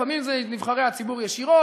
לפעמים זה נבחרי הציבור ישירות,